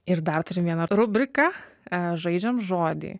ir dar turim vieną rubriką žaidžiam žodį